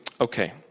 Okay